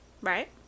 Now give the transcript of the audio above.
Right